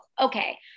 Okay